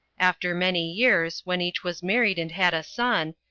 after many years, when each was married and had a son,